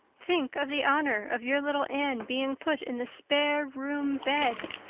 think of the honor of your little anne being put in the spare-room bed.